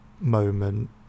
moment